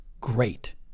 great